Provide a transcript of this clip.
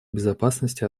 безопасности